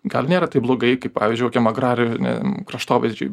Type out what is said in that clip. gal nėra taip blogai kaip pavyzdžiui kokiam agrariniam kraštovaizdžiui